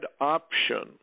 option